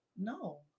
No